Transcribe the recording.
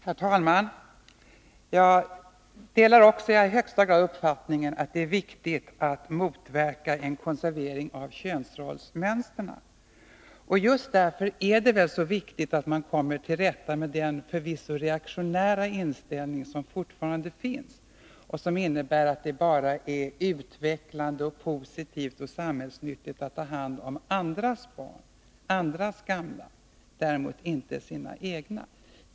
Herr talman! Jag delar i högsta grad uppfattningen att det är viktigt att motverka en konservering av könsrollsmönstren. Just därför är det så väsentligt att man kommer till rätta med den förvisso reaktionära inställning som fortfarande finns och som innebär att det bara är utvecklande och positivt och samhällsnyttigt att ta hand om andras barn, andras gamla — däremot inte sina egna.